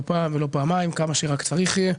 לא פעם ולא פעמיים - כמה שרק צריך יהיה.